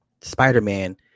Spider-Man